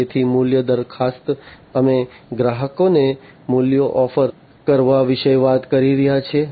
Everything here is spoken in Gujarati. તેથી મૂલ્ય દરખાસ્ત અમે ગ્રાહકોને મૂલ્યો ઓફર કરવા વિશે વાત કરી રહ્યા છીએ